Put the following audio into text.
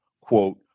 quote